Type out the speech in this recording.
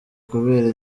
kubera